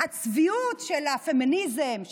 הצביעות של הפמיניזם,